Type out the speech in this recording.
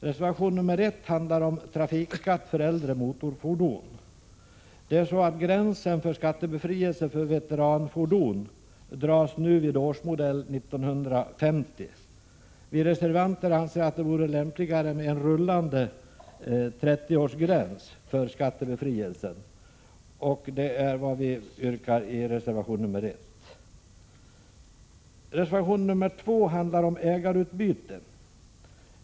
Reservation 1 handlar om trafikskatt för äldre motorfordon. Gränsen för skattebefrielse för veteranfordon dras nu vid årsmodell 1950. Vi reservanter anser att det vore lämpligare med en rullande 30-årsgräns för skattebefrielse, och det är vad vi yrkar i reservation nr 1. Reservation 2 behandlar ägarbyte.